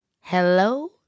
Hello